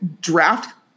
draft